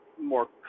more